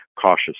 cautious